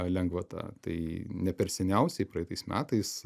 lengvata tai ne per seniausiai praeitais metais